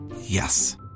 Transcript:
Yes